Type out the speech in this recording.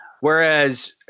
Whereas